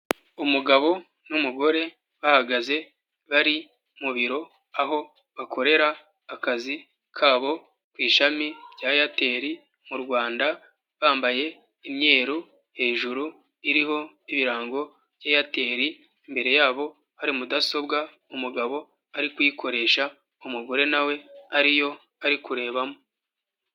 Umugabo n'umugore bahagaze bari mu biro aho bakorera akazi kabo ku ishami rya Airtel mu Rwanda bambaye imyeru hejuru iriho ibirango bya Airtel imbere yabo hari mudasobwa umugabo ari kuyikoresha umugore na we ariyo ari kurebamo.